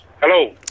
Hello